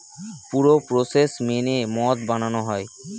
পুরো প্রসেস মেনে মদ বানানো হয়